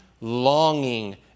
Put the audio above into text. longing